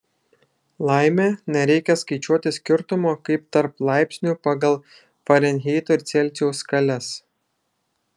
laimė nereikia skaičiuoti skirtumo kaip tarp laipsnių pagal farenheito ir celsijaus skales